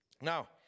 Now